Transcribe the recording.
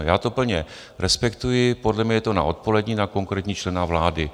Já to plně respektuji, podle mě je to na odpolední, na konkrétního člena vlády.